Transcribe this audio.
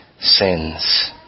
sins